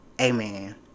Amen